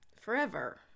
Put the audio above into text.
forever